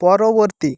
পরবর্তী